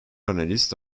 analist